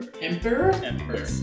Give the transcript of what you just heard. Emperor